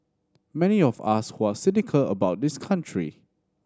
many of us who are cynical about this country